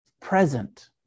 present